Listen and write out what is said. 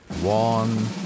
One